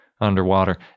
underwater